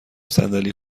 صندلی